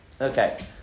Okay